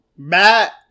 Matt